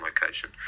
location